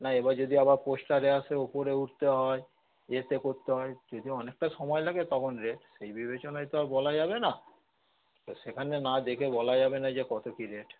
না এবার যদি আবার পোস্টারে আসে ওপরে উঠতে হয় ইয়ে টিয়ে করতে হয় যদি অনেকটা সময় লাগে তখন রেট সেই বিবেচনায় তো আর বলা যাবে না তো সেখানে না দেখে বলা যাবে না যে কত কি রেট